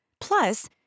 Plus